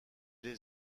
est